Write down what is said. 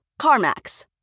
CarMax